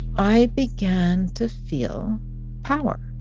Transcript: i began to feel power,